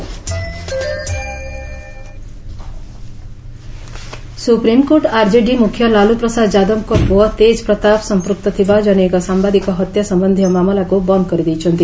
SC journalist supreme court RJD ମୁଖ୍ୟ ଲାଲୁ ପ୍ରସାଦ ଯାଦବଙ୍କ ପୁଅ ତେଜ୍ ପ୍ରତାପ ସମ୍ପୃକ୍ତ ଥିବା କନୈକ ସାମ୍ଘାଦିକ ହତ୍ୟା ସମ୍ବନ୍ଧୀୟ ମାମଲାକୁ ବନ୍ଦ୍ କରିଦେଇଛନ୍ତି